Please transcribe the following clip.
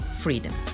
freedom